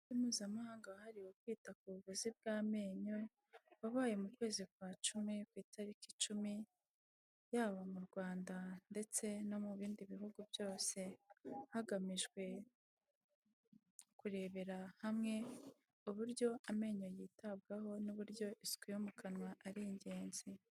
Umunsi mpuzamahanga wahariwe kwita ku buguzi bw'amenyo wabaye mu kwezi kwa cumi ku itariki icumi yaba mu rwanda ndetse no mu bindi bihugu byose hagamijwe kurebera hamwe uburyo amenyo yitabwaho n'uburyo isuku yo mu kanwa ari ingenzi.